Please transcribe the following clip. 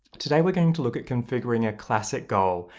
today we're going to look at configuring a classic goal,